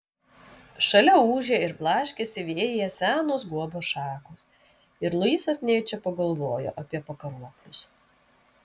šalia ūžė ir blaškėsi vėjyje senos guobos šakos ir luisas nejučia pagalvojo apie pakaruoklius